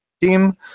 team